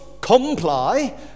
comply